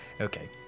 Okay